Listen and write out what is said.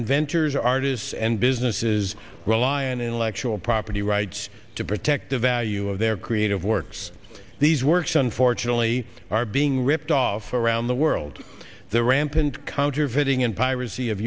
inventors artists and businesses rely on intellectual property rights to protect the value of their creative works these works unfortunately are being ripped off around the world the rampant